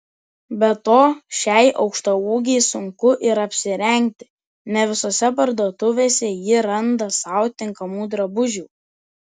be to šiai aukštaūgei sunku ir apsirengti ne visose parduotuvėse ji randa sau tinkamų drabužių